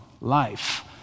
life